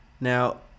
Now